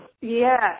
Yes